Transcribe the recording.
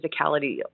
physicality